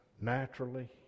naturally